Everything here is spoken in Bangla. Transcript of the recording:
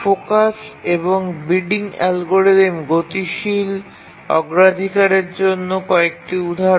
ফোকাস এবং বিডিং অ্যালগরিদম গতিশীল অগ্রাধিকারের জন্য কয়েকটি উদাহরণ